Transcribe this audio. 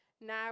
Now